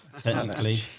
technically